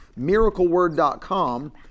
MiracleWord.com